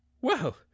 Well